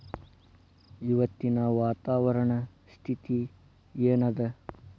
ಇವತ್ತಿನ ವಾತಾವರಣ ಸ್ಥಿತಿ ಏನ್ ಅದ?